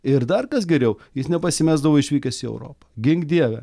ir dar kas geriau jis nepasimesdavo išvykęs į europą gink dieve